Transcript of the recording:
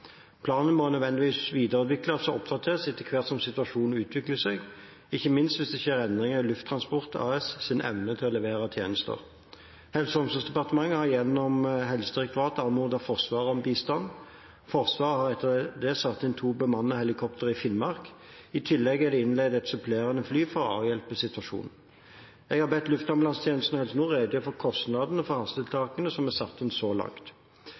Planen må nødvendigvis videreutvikles og oppdateres etter hvert som situasjonen utvikler seg, ikke minst hvis det skjer endringer i Lufttransport AS’ evne til å levere tjenester. Helse- og omsorgsdepartementet har gjennom Helsedirektoratet anmodet Forsvaret om bistand. Forsvaret har etter det satt inn to bemannede helikoptre i Finnmark. I tillegg er det innleid et supplerende fly for å avhjelpe situasjonen. Jeg har bedt Luftambulansetjenesten og Helse Nord redegjøre for kostnadene for hastetiltakene som er satt inn så langt.